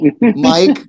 Mike